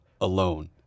alone